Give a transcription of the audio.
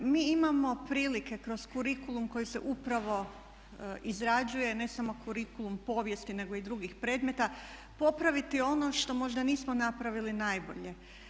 Mi imamo prilike kroz kurikulum koji se upravo izrađuje, ne samo kurikulum povijesti, nego i drugih predmeta popraviti ono što možda nismo napravili najbolje.